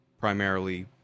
primarily